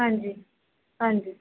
ਹਾਂਜੀ ਹਾਂਜੀ